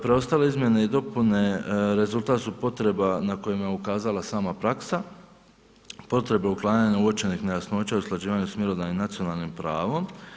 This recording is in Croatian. Preostale izmjene i dopune rezultat su potreba na koje nam je ukazala sama praksa, potreba uklanjanja uočenih nejasnoća i usklađivanja sa mjerodavnim nacionalnim pravom.